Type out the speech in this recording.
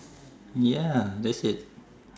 ya that's it